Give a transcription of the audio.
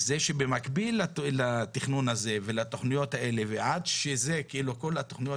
זה שבמקביל לתכנון הזה ולתכניות האלה ועד שכל התכניות